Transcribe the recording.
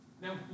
Now